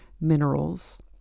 minerals